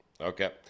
okay